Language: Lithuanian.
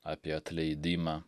apie atleidimą